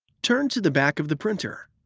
turn to the back of the printer.